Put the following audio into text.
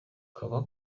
kaba